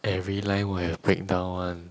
every line will have breakdown one